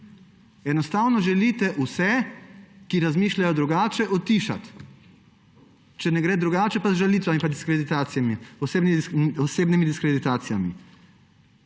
Enostavno želite vse, ki razmišljajo drugače, utišati. Če ne gre drugače, pa z žalitvami in osebnimi diskreditacijami.